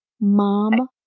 Mom